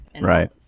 Right